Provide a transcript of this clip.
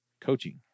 coaching